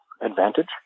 advantage